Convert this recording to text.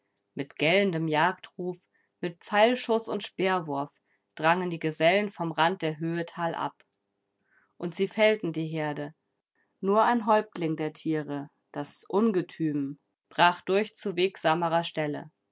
mit gellendem jagdruf mit pfeilschuß und speerwurf drangen die gesellen vom rand der höhe talab und sie fällten die herde nur ein häuptling der tiere das ungetüm brach durch zu wegsamerer stelle